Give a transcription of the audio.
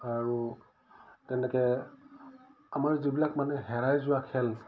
আৰু তেনেকৈ আমাৰ যিবিলাক মানে হেৰাই যোৱা খেল